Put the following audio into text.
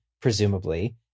presumably